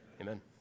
Amen